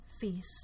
feast